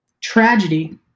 tragedy